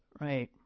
Right